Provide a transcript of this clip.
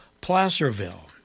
Placerville